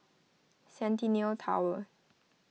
Centennial Tower